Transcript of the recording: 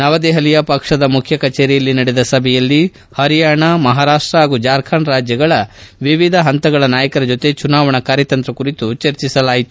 ನವದೆಪಲಿಯ ಪಕ್ಷದ ಮುಖ್ಯ ಕಚೇರಿಯಲ್ಲಿ ನಡೆದ ಸಭೆಯಲ್ಲಿ ಪರಿಯಾಣ ಮಹಾರಾಷ್ಟ ಹಾಗೂ ಜಾರ್ಖಂಡ್ ರಾಜ್ಯಗಳ ವಿವಿಧ ಪಂತಗಳ ನಾಯಕರ ಜೊತೆ ಚುನಾವಣಾ ಕಾರ್ಯತಂತ್ರ ಕುರಿತು ಚರ್ಜಿಸಿದರು